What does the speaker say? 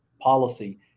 policy